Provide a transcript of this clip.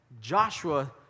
Joshua